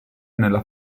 nella